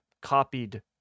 copied